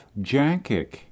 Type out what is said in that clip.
Jankic